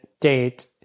date